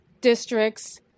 districts